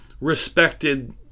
respected